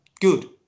good